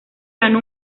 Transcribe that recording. ganó